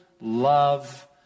love